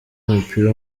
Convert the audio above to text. w’umupira